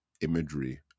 imagery